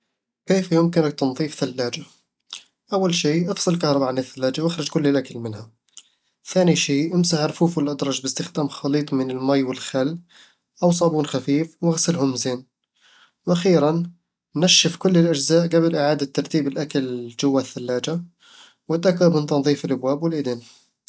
كيف يمكنك تنظيف ثلاجة؟ أول شي، افصل الكهرباء عن الثلاجة وأخرج كل الأكل منها ثاني شي، امسح الرفوف والأدراج باستخدام خليط من المي والخل أو صابون خفيف، واغسلهم زين وأخيراً، نشف كل الأجزاء قبل إعادة ترتيب الأكل جوا الثلاجة، وتأكد من تنظيف الأبواب والايدين.